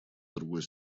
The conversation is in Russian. другой